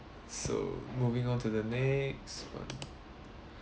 so moving on to the next part